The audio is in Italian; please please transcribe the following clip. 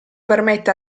permette